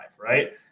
right